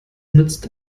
nützt